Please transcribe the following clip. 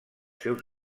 seus